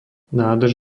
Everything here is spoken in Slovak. nádrž